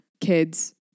kids